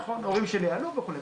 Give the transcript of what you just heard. נכון, ההורים שלי עלו וכו'.